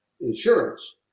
insurance